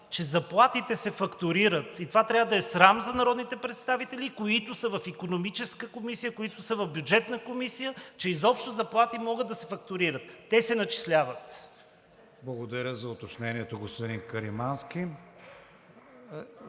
че заплатите се фактурират. Това трябва да е срам за народните представители, които са в Икономическата комисия, които са в Бюджетната комисия, че изобщо заплати могат да се фактурират – те се начисляват. ПРЕДСЕДАТЕЛ КРИСТИАН ВИГЕНИН: Благодаря за уточнението, господин Каримански.